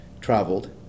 traveled